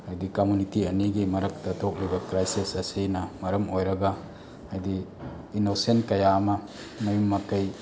ꯍꯥꯏꯗꯤ ꯀꯝꯃꯨꯅꯤꯇꯤ ꯑꯅꯤꯒꯤ ꯃꯔꯛꯇ ꯊꯣꯛꯂꯤꯕ ꯀ꯭ꯔꯥꯏꯁꯤꯁ ꯑꯁꯤꯅ ꯃꯔꯝ ꯑꯣꯏꯔꯒ ꯍꯥꯏꯗꯤ ꯏꯟꯅꯣꯁꯦꯟ ꯀꯌꯥ ꯑꯃ ꯃꯌꯨꯝ ꯃꯀꯩ